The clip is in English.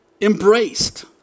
embraced